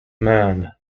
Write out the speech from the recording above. man